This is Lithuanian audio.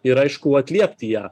ir aišku atliepti ją